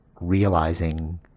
realizing